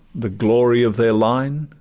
the glory of their line